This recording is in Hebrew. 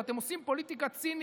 ואתם עושים פוליטיקה צינית,